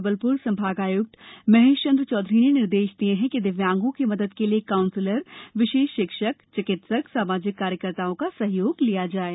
जबलपुर संभागायक्त महेशचन्द्र चौधरी ने निर्देश दिये हैं कि दिव्यांगों की मदद के लिए कांउसलर विशेष शिक्षक चिकित्सक सामाजिक कार्यकर्ताओं का सहयोग लिया जाये